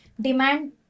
demand